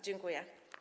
Dziękuję.